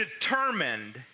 determined